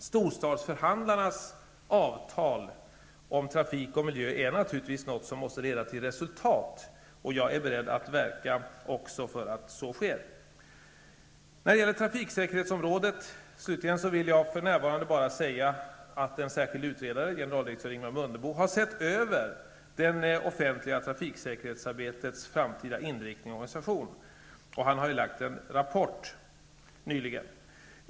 Storstadsförhandlarnas avtal om trafik och miljö är naturligtvis något som måste leda till resultat, och jag är beredd att verka för att så också sker. När det gäller trafiksäkerhetsområdet vill jag för närvarande bara säga att en särskild utredare, generaldirektör Ingemar Mundebo, har sett över det offentliga trafiksäkerhetsarbetets framtida inriktning och organisation. Han har nyligen lagt fram en rapport om detta.